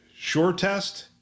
SureTest